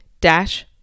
dash